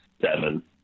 seven